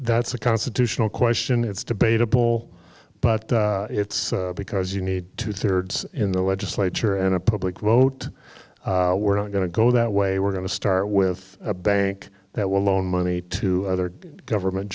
that's a constitutional question it's debatable but it's because you need two thirds in the legislature and a public vote we're not going to go that way we're going to start with a bank that will loan money to other government